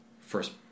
first